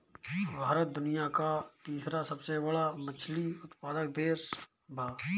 भारत दुनिया का तीसरा सबसे बड़ा मछली उत्पादक देश बा